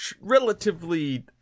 relatively